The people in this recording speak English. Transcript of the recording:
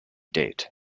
date